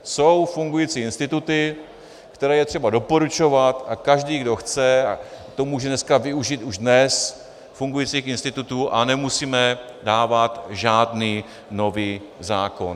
Jsou fungující instituty, které je třeba doporučovat, a každý, kdo chce, už může využít i dnes fungující instituty a nemusíme dávat žádný nový zákon.